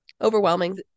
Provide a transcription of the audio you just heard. overwhelming